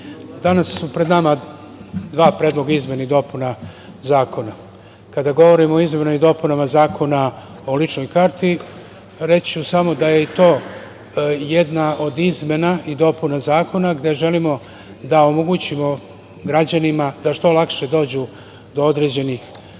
danas su pred nama dva Predloga izmena i dopuna zakona. Kada govorimo o izmenama i dopunama Zakona o ličnoj karti reći ću samo da je to jedna od izmena i dopuna zakona gde želimo da omogućimo građanima da što lakše dođu do određenih